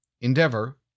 endeavor